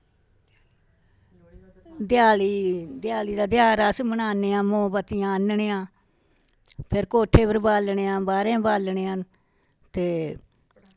देयाली देयाली दा तेहार मनान्ने आं मोमबत्तियां आह्न्ने आं फिर कोट्ठे पर बालन्ने आं बाह्रें बालन्ने आं ते